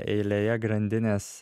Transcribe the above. eilėje grandinės